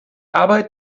arbeit